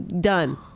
Done